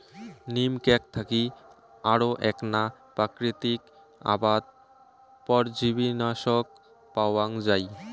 নিম ক্যাক থাকি আরো এ্যাকনা প্রাকৃতিক আবাদ পরজীবীনাশক পাওয়াঙ যাই